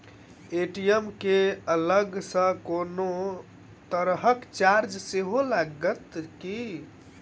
ATM केँ अलग सँ कोनो तरहक चार्ज सेहो लागत की?